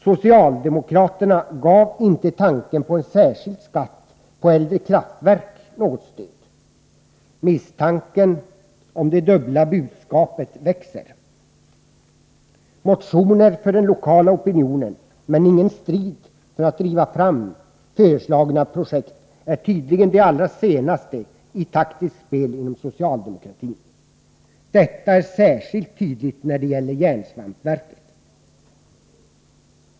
Socialdemokraterna gav inte tanken på en särskild skatt på äldre kraftverk något stöd. Misstanken om det dubbla budskapet växer. Motioner för den lokala opinionen men ingen strid för att driva fram föreslagna projekt är tydligen det allra senaste i taktiskt spel inom socialdemokratin. Detta är särskilt tydligt när det gäller järnsvampsverket.